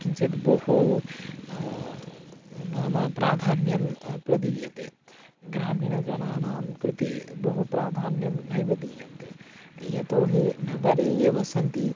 किञ्चित् बहु नाम प्राधान्यं प्रदीयते ग्रामीणजनानां कृते बहु प्राधान्यं नैव दीयन्ते यतोऽहि नगरे ये वसन्ति